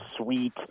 sweet